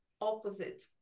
opposite